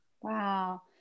Wow